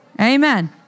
Amen